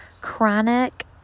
chronic